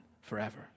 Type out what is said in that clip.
forever